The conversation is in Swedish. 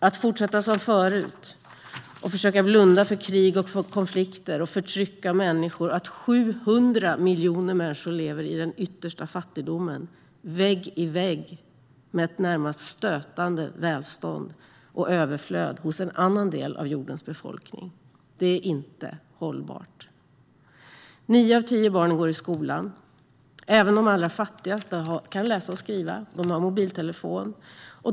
Att fortsätta som förut och försöka blunda för krig, konflikter, förtryck av människor och det faktum att 700 miljoner människor lever i den yttersta fattigdom vägg i vägg med närmast stötande välstånd och överflöd hos en annan del av jordens befolkning är inte hållbart. Nio av tio barn går i skolan. Även de allra fattigaste kan läsa och skriva. De har mobiltelefon.